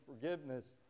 forgiveness